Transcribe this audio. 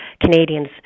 Canadians